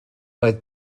doedd